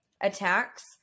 attacks